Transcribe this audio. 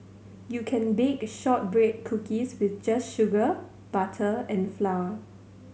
you can bake shortbread cookies with just sugar butter and flour